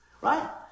Right